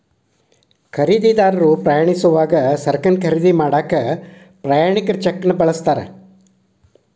ಖರೇದಿದಾರರು ಪ್ರಯಾಣಿಸೋವಾಗ ಸರಕನ್ನ ಖರೇದಿ ಮಾಡಾಕ ಪ್ರಯಾಣಿಕರ ಚೆಕ್ನ ಬಳಸ್ತಾರ